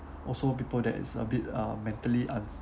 also people that is a bit uh mentally un~